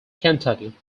kentucky